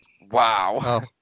wow